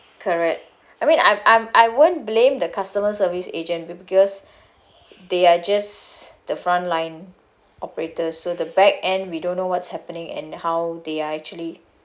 correct I mean I'm I'm I wouldn't blame the customer service agent be~ because they are just the front line operators so the back end we don't know what's happening and how they are actually